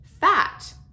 fat